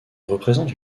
représente